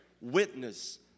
witness